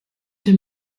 den